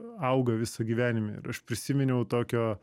auga visą gyvenime ir aš prisiminiau tokio